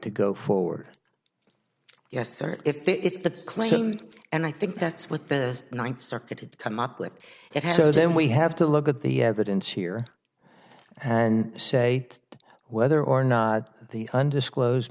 to go forward yes sir if the claim and i think that's what the ninth circuit had come up with it so then we have to look at the evidence here and say whether or not the undisclosed